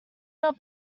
not